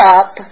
up